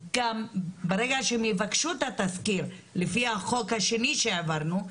ברגע שהם יבקשו את התסקיר לפי החוק השני שהעברנו,